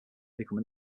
become